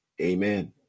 Amen